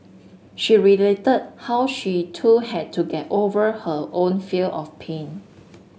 she related how she too had to get over her own fear of pain